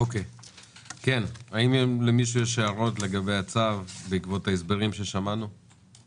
עליהם לומר את האמת שאם לא כן יהיו צפויים לעונשים הקבועים בחוק,